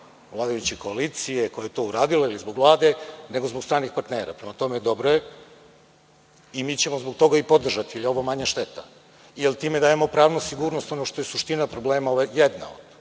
vladajuće koalicije koja je to uradila ili zbog Vlade, nego zbog stranih partnera. Prema tome, dobro je i mi ćemo zbog toga i podržati, jer je ovo manja šteta. Time dajemo pravnu sigurnost, ono što je suština problema, ovo